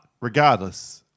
regardless